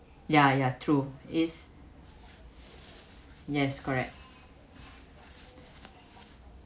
ya ya true is yes correct